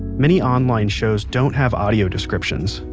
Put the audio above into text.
many online shows don't have audio descriptions.